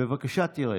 בבקשה, תרד.